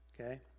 Okay